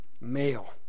male